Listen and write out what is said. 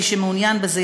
מי שמעוניין בזה,